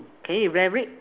can you elaborate